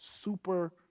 super